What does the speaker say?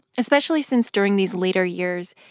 especially since during these later years,